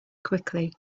quickly